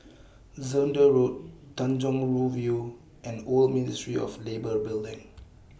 Zehnder Road Tanjong Rhu View and Old Ministry of Labour Building